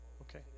Okay